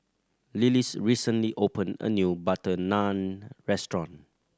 Lillis recently opened a new butter Naan Restaurant